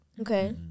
Okay